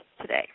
today